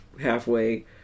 halfway